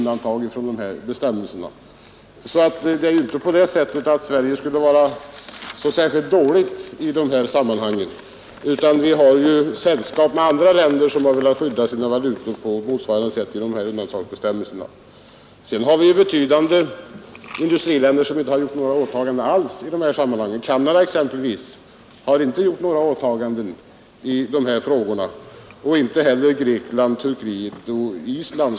Det är alltså inte på det sättet att Sverige skulle vara ensamt i de här sammanhangen, utan vi har sällskap med andra länder som har velat skydda sina valutor på motsvarande sätt genom undantagsbestämmelser. Vidare finns det betydande industriländer som inte har gjort några åtaganden alls i de här sammanhangen. Canada exempelvis har inte gjort det och inte heller Grekland, Turkiet och Island.